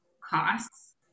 costs